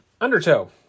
Undertow